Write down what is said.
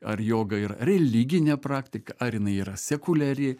ar joga yra religinė praktika ar jinai yra sekuliari